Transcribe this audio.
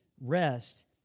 Rest